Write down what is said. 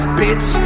bitch